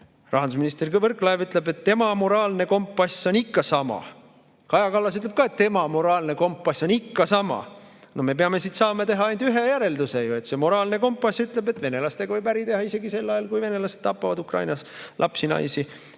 Rahandusminister Võrklaev ütleb, et tema moraalne kompass on ikka sama. Kaja Kallas ütleb ka, et tema moraalne kompass on ikka sama. Me peame siit saama teha ainult ühe järelduse, et see moraalne kompass ütleb, et venelastega võib äri teha isegi sel ajal, kui venelased tapavad Ukrainas lapsi, naisi